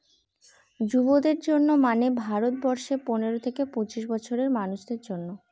যুবদের জন্য মানে ভারত বর্ষে পনেরো থেকে পঁচিশ বছরের মানুষদের জন্য